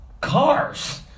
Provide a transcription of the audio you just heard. Cars